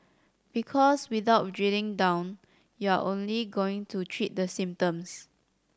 because without drilling down you're only going to treat the symptoms